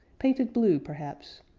painted blue, perhaps,